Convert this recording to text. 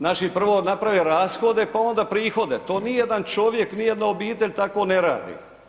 Naši prvo naprave rashode pa onda prihode, to nijedan čovjek, nijedna obitelj tako ne radi.